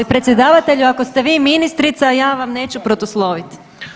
Predsjedavatelju ako ste vi ministrica ja vam neću protusloviti.